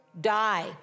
die